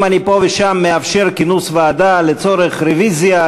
אם אני פה ושם מאפשר כינוס ועדה לצורך רוויזיה,